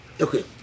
Okay